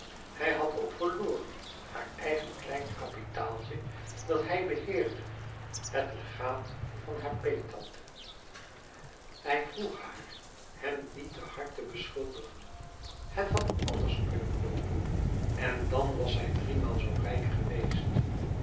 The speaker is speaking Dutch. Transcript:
hij had ook verloren haar eigen klein kapitaaltje dat hij beheerde het legaat van haar peettante hij vroeg haar hem niet te hard te beschuldigen het had anders kunnen loopen en dan was zij driemaal zoo rijk geweest